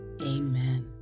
Amen